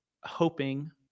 hoping